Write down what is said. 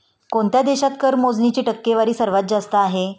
कोणत्या देशात कर मोजणीची टक्केवारी सर्वात जास्त आहे?